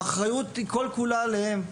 האחריות היא כול כולה עליהם.